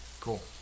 Cool